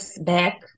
back